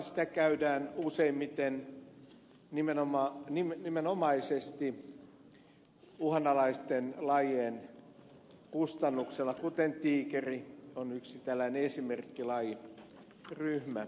sitä käydään useimmiten nimenomaisesti uhanalaisten lajien kustannuksella kuten tiikeri on yksi tällainen esimerkkilajiryhmä